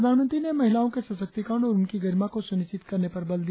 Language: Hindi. प्रधानमंत्री ने महिलाओं के सशक्तिकरण और उनकी गरिमा को सुनिश्चित करने पर बल दिया